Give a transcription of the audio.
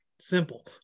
Simple